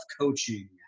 Coaching